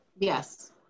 Yes